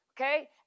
okay